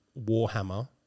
Warhammer